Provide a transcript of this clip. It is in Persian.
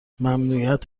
ممنوعیت